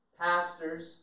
pastors